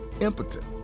impotent